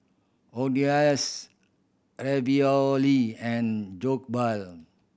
Quesadillas Ravioli and Jokbal